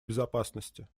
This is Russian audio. безопасности